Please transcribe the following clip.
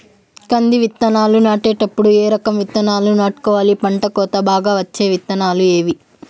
కంది విత్తనాలు నాటేటప్పుడు ఏ రకం విత్తనాలు నాటుకోవాలి, పంట కోత బాగా వచ్చే విత్తనాలు ఏవీ?